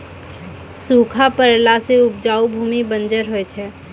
सूखा पड़ला सें उपजाऊ भूमि बंजर होय जाय छै